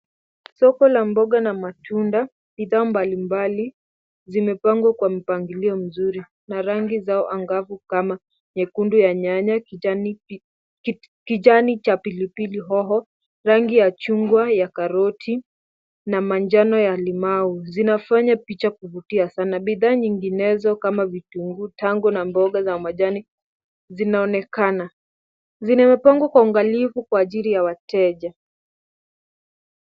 Soko la mboga na matunda. Bidhaa mbalimbali, zimepangwa kwa mpangilio mzuri na rangi zao angavu kama nyekundu ya nyanya, kijani cha pilipili hoho, rangi ya chungwa ya karoti, na manjano ya limau. Zinafanya picha kuvutia sana. Bidhaa nyinginezo kama vitunguu, tango na mboga za majani zinaonekana. Zimepangwa kwa uangalifu kwa ajili ya wateja.